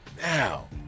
Now